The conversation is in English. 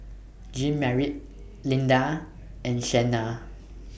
Jeanmarie Linda and Shenna